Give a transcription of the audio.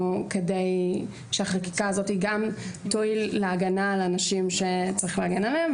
כדי שהחקיקה הזאת גם תועיל להגנה על אנשים שצריך להגן עליהם,